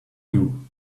you